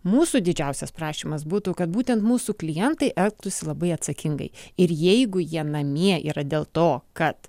mūsų didžiausias prašymas būtų kad būtent mūsų klientai elgtųsi labai atsakingai ir jeigu jie namie yra dėl to kad